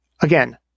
Again